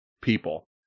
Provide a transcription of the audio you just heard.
people